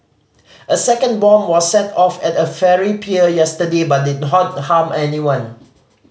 a second bomb was set off at a ferry pier yesterday but didn't harm anyone